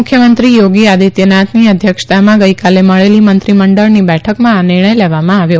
મુખ્યમંત્રી યોગી આદિત્યનાથની અધ્યક્ષતામાં ગઇકાલે મળેલી મંત્રીમંડળની બેઠકમાં આ નિર્ણય લેવામાં આવ્યો